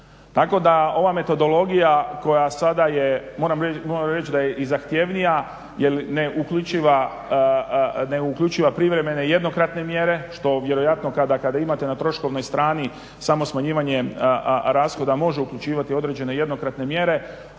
je, moram reći da je i zahtjevnija jer ne uključuje privremene jednokratne mjere što vjerojatno kada imate na troškovnoj strani samo smanjivanje rashoda može uključivati određene jednokratne mjere